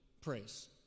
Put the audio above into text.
praise